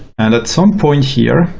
and at some point here,